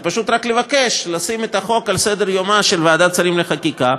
זה פשוט רק לבקש לשים את החוק על סדר-יומה של ועדת שרים לחקיקה,